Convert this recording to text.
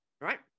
Right